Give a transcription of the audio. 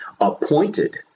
appointed